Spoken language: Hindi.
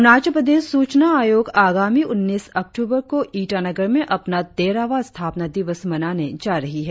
अरुणाचल प्रदेश सूचना आयोग आगामी उन्नीस अक्टूबर को ईटानगर में अपना तेरहवां स्थापना दिवस मनाने जा रही है